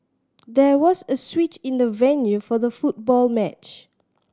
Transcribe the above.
there was a switch in the venue for the football match